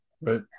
right